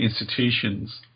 institutions